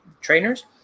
trainers